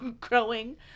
growing